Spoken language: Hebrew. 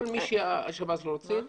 כל מי שהשב"ס רוצה.